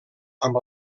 amb